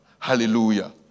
Hallelujah